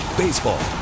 Baseball